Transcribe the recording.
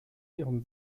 ihrem